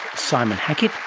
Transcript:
simon hackett,